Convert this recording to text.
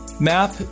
map